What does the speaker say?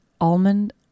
almond